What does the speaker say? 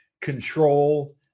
control